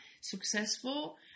successful